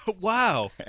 Wow